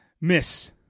Miss